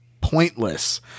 pointless